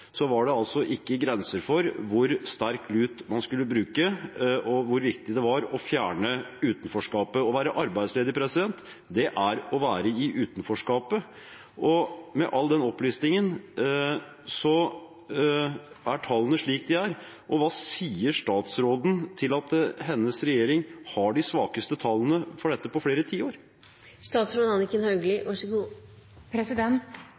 var det ikke grense for hvor sterk lut man skulle bruke, og hvor viktig det var å fjerne utenforskap. Å være arbeidsledig er å være i utenforskap. Med all den opplistingen er tallene slik de er. Hva sier statsråden til at hennes regjering har de svakeste tallene for dette på flere